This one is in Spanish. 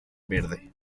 verde